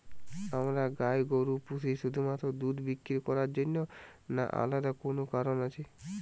আমরা গাই গরু পুষি শুধুমাত্র দুধ বিক্রি করার জন্য না আলাদা কোনো কারণ আছে?